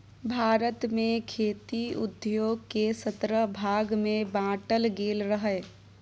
भारत मे खेती उद्योग केँ सतरह भाग मे बाँटल गेल रहय